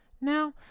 Now